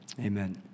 Amen